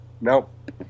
Nope